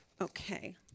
Okay